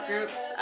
Groups